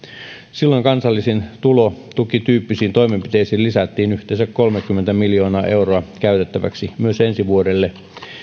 silloin kansallisiin tulotukityyppisiin toimenpiteisiin lisättiin yhteensä kolmekymmentä miljoonaa euroa käytettäväksi myös ensi vuodelle